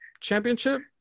Championship